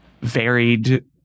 Varied